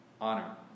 honor